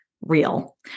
real